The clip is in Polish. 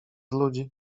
ludzi